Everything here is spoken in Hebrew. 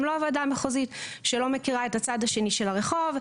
לא הוועדה המחוזית שלא מכירה את הצד השני של הרחוב,